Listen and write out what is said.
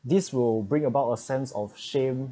this will bring about a sense of shame